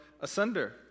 asunder